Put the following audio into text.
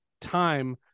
time